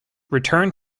return